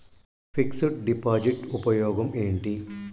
Fix డ్ deposit ఉపయోగం ఏంటి?